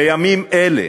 בימים אלה,